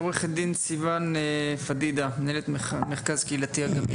עו"ד סיון פדידה, בבקשה.